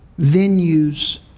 venues